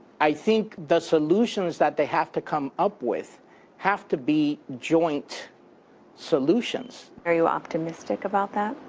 i think the solutions that they have to come up with have to be joint solutions. are you optimistic about that?